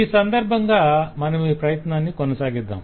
ఈ సందర్భంగా మనమీ ప్రయత్నాన్ని కొనసాగిద్దాం